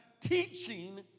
teaching